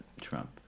trump